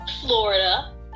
Florida